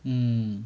mm